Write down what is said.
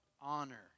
honor